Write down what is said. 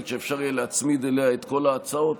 שאפשר יהיה להצמיד אליה את כל ההצעות.